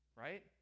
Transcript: right